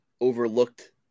overlooked